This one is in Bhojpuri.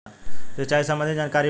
सिंचाई संबंधित जानकारी बताई?